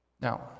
Now